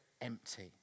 empty